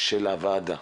של הוועדה